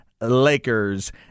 Lakers